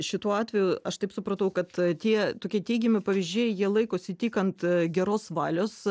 šituo atveju aš taip supratau kad tie tokie teigiami pavyzdžiai jie laikosi tik ant geros valios